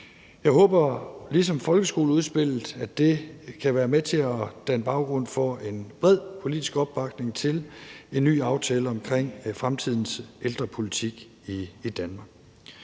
det gjaldt for folkeskoleudspillet, kan være med til at danne baggrund for en bred politisk opbakning til en ny aftale omkring fremtidens ældrepolitik i Danmark.